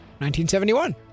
1971